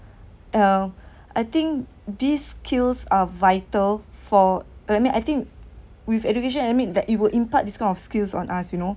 uh I think these skills are vital for me I think with education I mean that it will impart this kind of skills on us you know